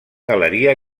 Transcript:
galeria